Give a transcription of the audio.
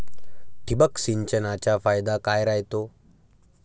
ठिबक सिंचनचा फायदा काय राह्यतो?